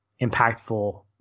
impactful